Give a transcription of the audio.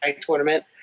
tournament